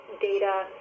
data